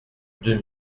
deux